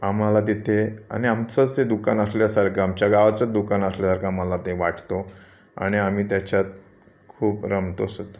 आम्हाला तिथे आणि आमचंच ते दुकान असल्यासारखं आमच्या गावचंच दुकान असल्यासारखं आम्हाला ते वाटतो आणि आम्ही त्याच्यात खूप रमतोसुद्धा